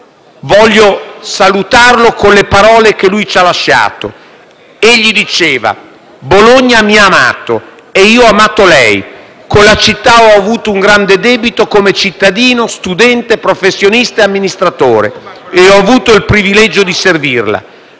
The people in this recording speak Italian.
Voglio salutarlo con le parole che lui ci ha lasciato. Egli diceva:« Bologna mi ha amato e io ho amato lei, con la città ho avuto un grande debito, come cittadino, studente, professionista e amministratore, e ho avuto il privilegio di servirla.